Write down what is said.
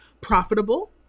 profitable